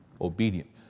obedient